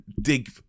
dig